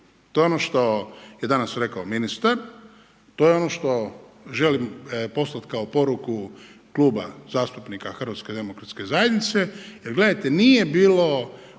To je ono što je danas rekao ministar, to je ono što želimo poslati kao poruku Kluba zastupnika HDZ-a jer gledajte nije bilo